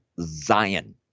Zion